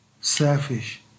selfish